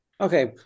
Okay